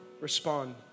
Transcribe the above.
respond